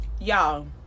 y'all